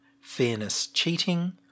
fairness-cheating